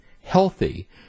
healthy